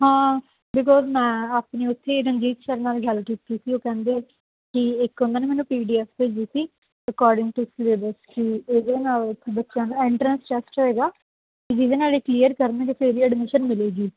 ਹਾਂ ਬਿਕੋਜ਼ ਮੈਂ ਆਪਣੇ ਉੱਥੇ ਰਣਜੀਤ ਸਰ ਨਾਲ ਗੱਲ ਕੀਤੀ ਸੀ ਉਹ ਕਹਿੰਦੇ ਕਿ ਇੱਕ ਉਹਨਾਂ ਨੇ ਮੈਨੂੰ ਪੀ ਡੀ ਐਫ ਭੇਜੀ ਸੀ ਰਿਕਾਰਡਿੰਗ ਟੂ ਸਿਲੇਬਸ ਕਿ ਇਹਦੇ ਨਾਲ ਬੱਚਿਆਂ ਦਾ ਇੰਟਰੈਂਸ ਟੈਸਟ ਹੋਵੇਗਾ ਜਿਹਦੇ ਨਾਲ ਇਹ ਕਲੀਅਰ ਕਰਨਗੇ ਫਿਰ ਹੀ ਐਡਮਿਸ਼ਨ ਮਿਲੇਗੀ